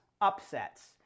upsets